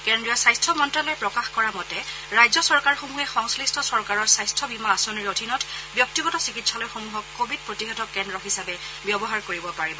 কেন্দ্ৰীয় স্বাস্থ্য মন্ত্যালয়ে প্ৰকাশ কৰা মতে ৰাজ্য চৰকাৰসমূহে সংশ্লিষ্ট চৰকাৰৰ স্বাস্থ্য বীমা আঁচনিৰ অধীনত ব্যক্তিগত চিকিৎসালয়সমূহক কোৱিড প্ৰতিষেধক কেন্দ্ৰ হিচাপে ব্যৱহাৰ কৰিব পাৰিব